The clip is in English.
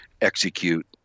execute